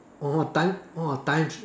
oh time oh time tra~